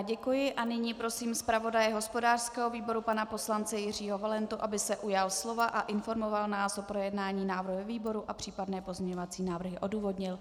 Děkuji a nyní prosím zpravodaje hospodářského výboru pana poslance Jiřího Valentu, aby se ujal slova a informoval nás o projednání návrhu ve výboru a případné pozměňovací návrhy odůvodnil.